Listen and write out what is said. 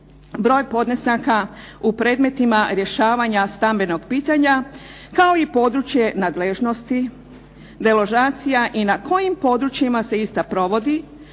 broj podnesaka u predmetima rješavanja stambenog pitanja kao i područje nadležnosti deložacija i na kojim područjima se ista provodi